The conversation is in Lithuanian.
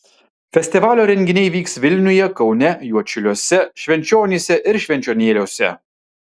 festivalio renginiai vyks vilniuje kaune juodšiliuose švenčionyse ir švenčionėliuose